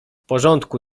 porządku